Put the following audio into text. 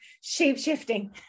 shape-shifting